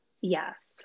Yes